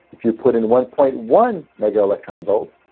if you put in one point one mega electron volts,